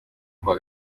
kuwa